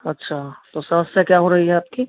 अच्छा तो समस्या क्या हो रही है आपकी